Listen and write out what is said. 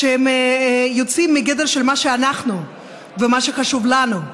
שיוצאים מגדר מה שאנחנו ומה שחשוב לנו.